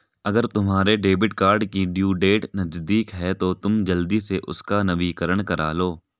अगर तुम्हारे debit card की ड्यू डेट नज़दीक है तो तुम जल्दी से उसका नवीकरण करालो